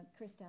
Christelle